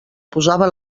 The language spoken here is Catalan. posava